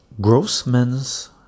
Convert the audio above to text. Grossman's